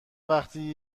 وقتی